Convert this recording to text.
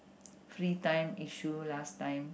free time issue last time